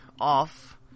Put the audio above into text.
off